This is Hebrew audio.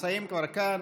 נמצאים כבר כאן,